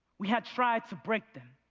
we had tried to break them.